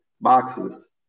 Boxes